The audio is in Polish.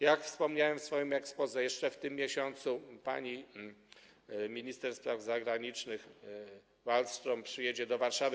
Jak wspomniałem w swoim exposé, jeszcze w tym miesiącu pani minister spraw zagranicznych Wallström przyjedzie do Warszawy.